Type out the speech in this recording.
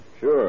Sure